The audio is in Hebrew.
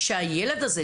שהילד הזה,